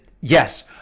yes